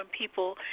people